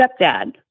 stepdad